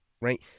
right